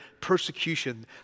persecution